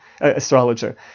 astrologer